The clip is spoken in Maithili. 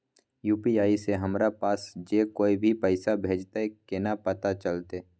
यु.पी.आई से हमरा पास जे कोय भी पैसा भेजतय केना पता चलते?